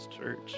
church